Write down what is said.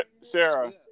sarah